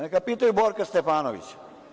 Neka pitaju Borka Stefanovića.